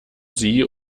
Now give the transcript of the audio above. sie